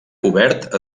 cobert